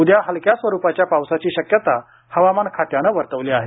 उद्या हलक्या ते मध्यम स्वरुपाच्या पावसाची शक्यता हवामान खात्यानं वर्तवली आहे